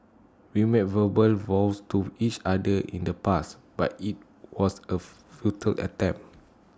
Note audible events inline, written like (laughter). we made verbal vows to each other in the past but IT was A (unintelligible) futile attempt